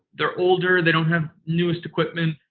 they're older, they don't have newest equipment,